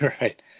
Right